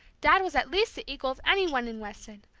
dad was at least the equal of any one in weston!